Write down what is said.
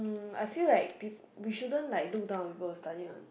um I feel like pe~ we shouldn't like look down on people who study on